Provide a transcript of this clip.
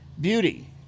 beauty